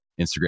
Instagram